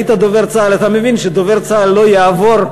היית דובר צה"ל ואתה מבין שדובר צה"ל לא יעבור,